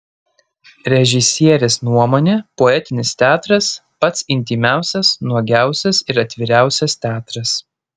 režisierės nuomone poetinis teatras pats intymiausias nuogiausias ir atviriausias teatras